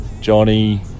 johnny